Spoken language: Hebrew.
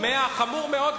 חמור מאוד.